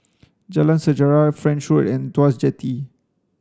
Jalan Sejarah French Road and Tuas Jetty